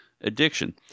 addiction